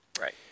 Right